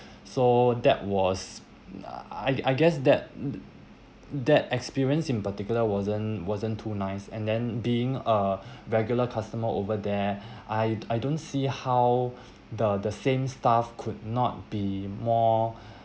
so that was I I guess that that experience in particular wasn't wasn't too nice and then being a regular customer over there I I don't see how the the same staff could not be more